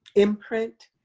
imprint